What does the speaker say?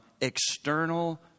external